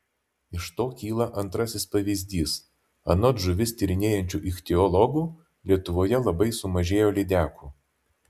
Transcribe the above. iš to kyla antrasis pavyzdys anot žuvis tyrinėjančių ichtiologų lietuvoje labai sumažėjo lydekų